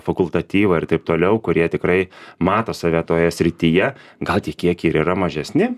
fakultatyvą ir taip toliau kurie tikrai mato save toje srityje gal tie kiekiai ir yra mažesni